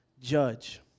judge